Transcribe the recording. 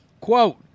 Quote